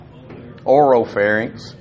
oropharynx